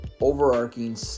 overarching